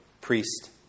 priest